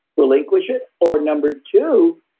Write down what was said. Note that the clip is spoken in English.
relinquish it. or number two,